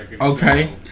Okay